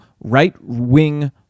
right-wing